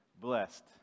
blessed